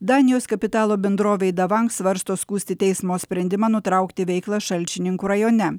danijos kapitalo bendrovei davank svarsto skųsti teismo sprendimą nutraukti veiklą šalčininkų rajone